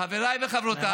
חבריי וחברותיי,